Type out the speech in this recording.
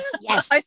Yes